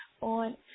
on